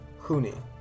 Huni